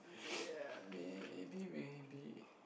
ya maybe maybe